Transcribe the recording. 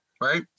right